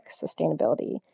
sustainability